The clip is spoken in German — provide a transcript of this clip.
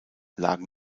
lagen